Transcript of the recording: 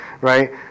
right